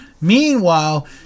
Meanwhile